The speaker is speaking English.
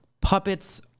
puppets